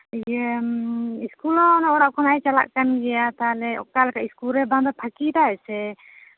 ᱤᱭᱟᱹ ᱤᱥᱠᱩᱞ ᱦᱚᱸ ᱚᱲᱟᱜ ᱠᱷᱚᱱᱟᱜ ᱮ ᱪᱟᱞᱟᱜ ᱠᱟᱱ ᱜᱮᱭᱟ ᱛᱟᱦᱞᱮ ᱚᱠᱟᱨᱮ ᱤᱥᱠᱩᱞ ᱨᱮ ᱵᱟᱝ ᱫᱚ ᱯᱷᱟᱸᱠᱤᱭ ᱫᱟᱭ ᱥᱮ